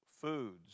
foods